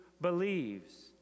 believes